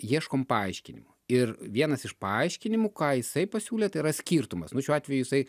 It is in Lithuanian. ieškom paaiškinimų ir vienas iš paaiškinimų ką jisai pasiūlė tai yra skirtumas nu šiuo atveju jisai